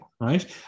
right